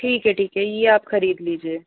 ठीक है ठीक है यह आप खरीद लीजिये